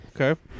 okay